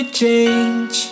change